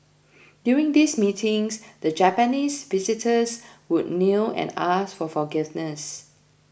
during these meetings the Japanese visitors would kneel and ask for forgiveness